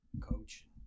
coach